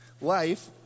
life